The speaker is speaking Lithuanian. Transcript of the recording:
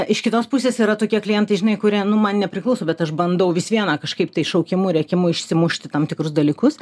iš kitos pusės yra tokie klientai žinai kurie nu man nepriklauso bet aš bandau vis viena kažkaip tai šaukimu rėkimu išsimušti tam tikrus dalykus